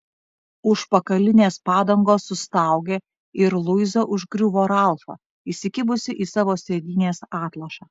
užpakalinės padangos sustaugė ir luiza užgriuvo ralfą įsikibusi į savo sėdynės atlošą